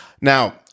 Now